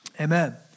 amen